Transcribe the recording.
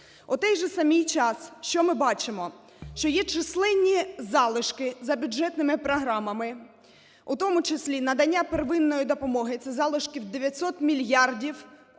У той же самий час що ми бачимо? Що є численні залишки за бюджетними програмами, у тому числі надання первинної допомоги, це залишки в 900 мільярдів